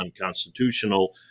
unconstitutional